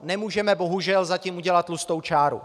Nemůžeme bohužel za tím udělat tlustou čáru.